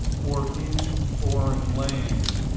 or into foreign lands,